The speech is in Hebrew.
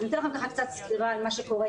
אז אתן לכם קצת סקירה על מה שקורה,